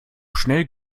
schnell